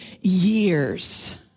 years